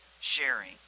sharing